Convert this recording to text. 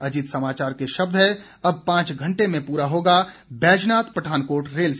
अजीत समाचार के शब्द हैं अब पांच घंटे में पूरा होगा बैजनाथ पठानकोट रेल सफर